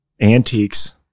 antiques